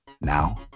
Now